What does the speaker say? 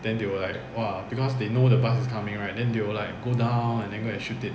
then they will like !wah! because they know the bus is coming right then they will like go down and then go and shoot it